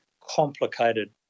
complicated